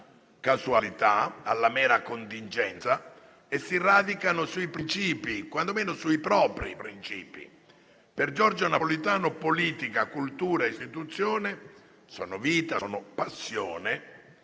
casualità e alla mera contingenza e si radicano sui principi, quantomeno sui propri princìpi. Per Giorgio Napolitano politica, cultura e istituzione sono vita, sono passione,